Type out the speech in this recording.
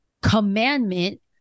commandment